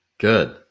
Good